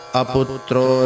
aputro